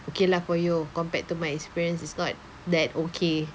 okay lah for you compared to my experience is not that okay